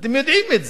אתם יודעים את זה,